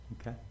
Okay